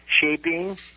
Shaping